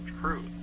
truth